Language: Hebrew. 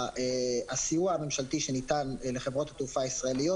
הסיוע הממשלתי שניתן לחברות התעופה הישראליות